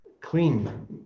clean